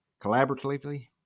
collaboratively